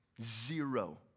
Zero